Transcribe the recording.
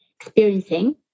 experiencing